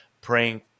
praying